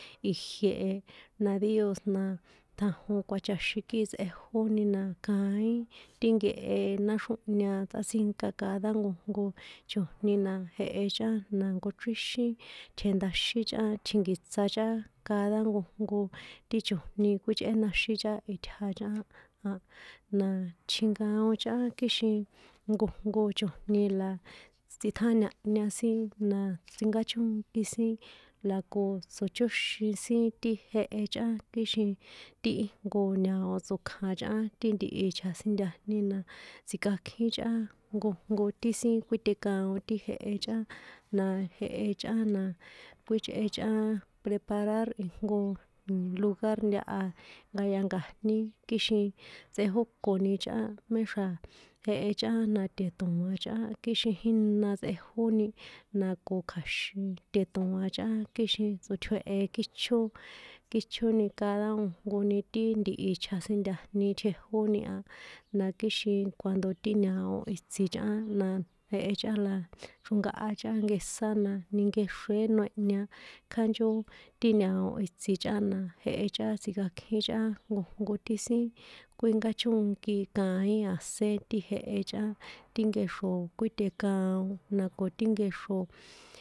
Ijie e, na díos na, tjanjon kuachaxín kixin tsꞌejónina kain ti nkehe náxrjónhña tꞌátsínka cada nkojnko chojni na jehe chꞌán na nkochríxín tjendaxín chꞌán tjinkitsa chꞌán cada nkojnko ti chojni kuíchꞌénaxín chꞌán itja chꞌán, na, tjinkaon chꞌán kixin nkojnko chojni la tsitjáñahña sin na, tsinkáchónki sin la ko tsochóxin sin ti jehe chꞌán kixin ti ijnko ñao̱ tsokjan chꞌán ti ntihi chjasintajni na tsikakjín chꞌán nkojnko ti sin kuítekaon ti jehe chꞌán, na, jehe chꞌán na, kuíchꞌe chꞌán preparar ijnko lugar ntaha nkayanka̱jní kixin tsꞌejókoni chꞌán, méxra̱ jehe chꞌán na tetoa̱n chꞌán kixin jína tsꞌejóni, na ko kja̱xin te̱ṭoa̱n chꞌan kixin tsotjue̱he kicho, kíchoni cada nkojnkoni ti ntihi chjasintajni tjejóni a, na kixin cuando ti ñao̱ itsi chꞌán na, jehe chꞌán la chronkaha chꞌán nkesán na ninkexrué noehña, kjánchó ti ñao itsi chꞌán na jehe chꞌán tsikakjín chꞌán nkojnko ti sin kuínkáchónki kaín a̱sén ti jehe chꞌán, ti nkexro kuítekaon na ko ti nkexro.